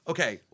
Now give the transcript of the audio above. Okay